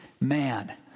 man